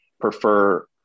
prefer